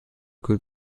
kühl